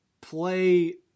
play